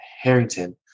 Harrington